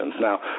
Now